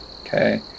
Okay